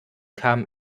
kam